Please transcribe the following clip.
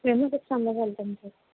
వీలైనంత తొందరగా వెళ్తాం సర్